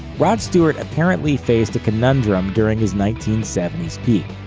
rod stewart apparently faced a conundrum during his nineteen seventy s peak.